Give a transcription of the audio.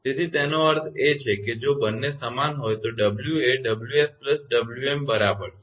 તેથી તેનો અર્થ એ કે જો બંને સમાન હોય તો w એ 𝑤𝑠 𝑤𝑚બરાબર છે